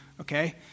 Okay